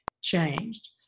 changed